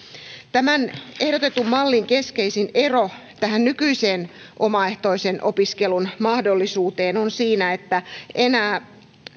tämän ehdotetun mallin keskeisin ero tähän nykyiseen omaehtoisen opiskelun mahdollisuuteen on siinä että enää